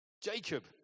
Jacob